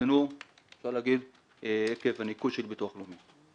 הוקטנו עקב הניכוי של הביטוח הלאומי.